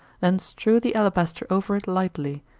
then strew the alabaster over it lightly,